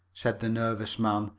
said the nervous man,